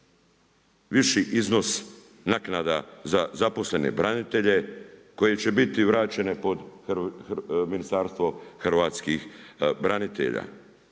Viši iznos naknada za zaposlene branitelje, koji će biti vraćene pod Ministarstvo hrvatskih branitelja.